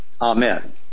Amen